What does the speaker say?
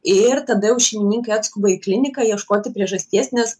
ir tada jau šeimininkai atskuba į kliniką ieškoti priežasties nes